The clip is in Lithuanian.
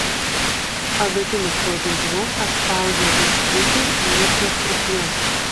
adatiniu spausdintuvu atspausdintų štrichų mikrostruktūra